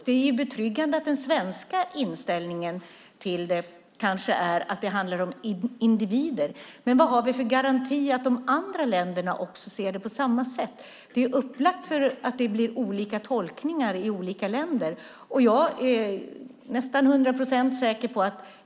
Det är betryggande att den svenska inställningen är att det handlar om individer, men vad har vi för garanti att de andra länderna ser det på samma sätt? Det är upplagt för olika tolkningar i olika länder.